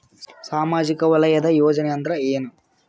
ಸಾಮಾಜಿಕ ವಲಯದ ಯೋಜನೆ ಅಂದ್ರ ಏನ?